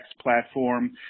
platform